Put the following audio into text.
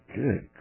good